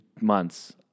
months